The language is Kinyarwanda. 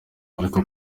ariko